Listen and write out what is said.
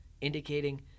indicating